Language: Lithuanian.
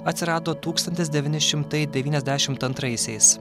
atsirado tūkstantis devyni šimtai devyniasdešimt antraisiais